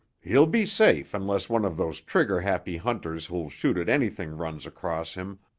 he'll be safe unless one of those trigger-happy hunters who'll shoot at anything runs across him,